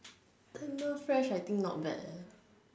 Tenderfresh I think not bad eh